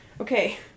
Okay